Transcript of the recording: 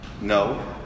No